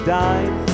died